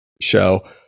show